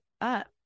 up